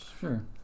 Sure